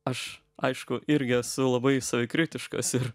aš aišku irgi esu labai savikritiškas ir